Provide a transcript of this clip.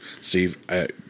Steve